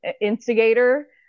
instigator